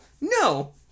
No